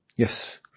Yes